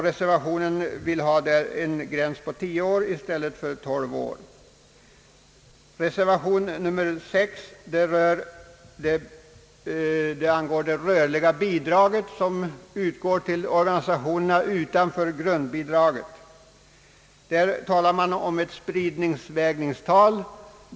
Reservanterna vill alltså ha en gräns på 10 år 1 stället för 12 år. Reservation 6 gäller det rörliga bidrag som utgår till ungdomsorganisationerna utöver grundbidraget. Här talas om ett spridningsvägningstal.